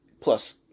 plus